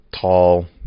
tall